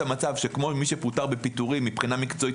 המצב שכמו מי שפוטר בפיטורים מבחינה מקצועית,